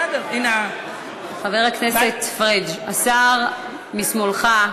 חבר הכנסת פריג', השר משמאלך.